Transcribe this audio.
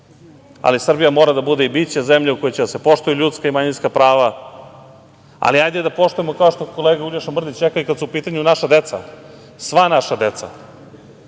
ali Srbija mora da bude i biće zemlja u kojoj će da se poštuju ljudska i manjinska prava, ali hajde da poštujemo kao što je kolega Uglješa Mrdić rekao i kada su u pitanju naša deca, sva naša deca,